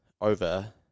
over